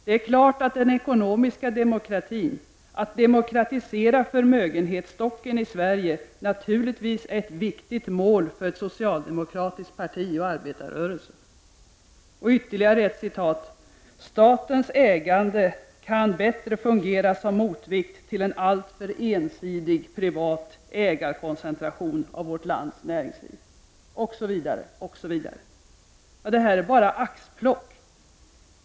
Det är klart att den ekonomiska demokratin, att demokratisera förmögenhetsstocken i Sverige, naturligtvis är ett viktigt mål för ett socialdemokratiskt parti och för arbetarrörelsen. Statens ägande kan bättre fungera som motvikt till en alltför ensidig privat ägarkoncentration av vårt lands näringsliv. Det här är bara ett axplock.